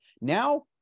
Now